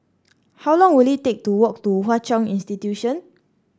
how long will it take to walk to Hwa Chong Institution